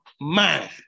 mind